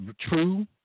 true